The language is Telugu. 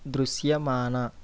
దృశ్యమాన